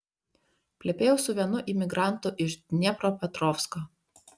plepėjau su vienu imigrantu iš dniepropetrovsko